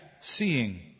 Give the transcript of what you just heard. seeing